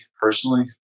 personally